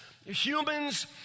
Humans